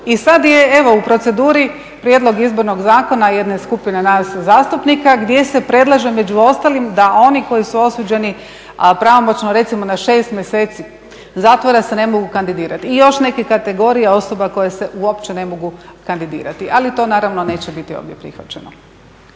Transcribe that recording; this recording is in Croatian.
i sad je evo u proceduri prijedlog izbornog zakona jedne skupine nas zastupnika gdje se predlaže među ostalim da oni koji su osuđeni pravomoćno recimo na 6 mjeseci zatvora se ne mogu kandidirati. I još neke kategorije osoba koje se uopće ne mogu kandidirati, ali to naravno neće biti ovdje prihvaćeno.